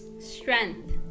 Strength